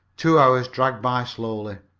two hours dragged by slowly.